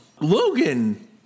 Logan